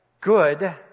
good